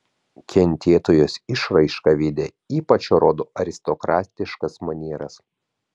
kentėtojos išraiška veide ypač rodo aristokratiškas manieras